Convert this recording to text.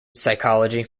psychology